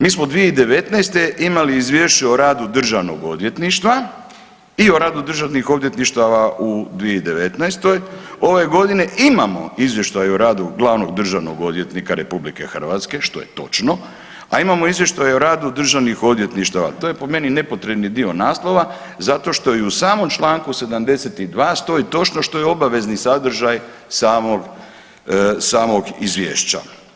Mi smo 2019. imali izvješće o radu državnog odvjetništva i o radu državnih odvjetništava u 2019., ove godine imamo izvještaj o radu glavnog državnog odvjetnika RH što je točno, a imamo izvještaj o radu državnih odvjetništava, to je po meni nepotrebni dio naslova zato što i u samom čl. 72. stoji točno što je obavezni sadržaj samog izvješća.